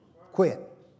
Quit